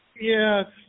Yes